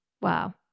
Wow